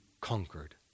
conquered